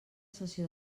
sessió